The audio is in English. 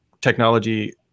Technology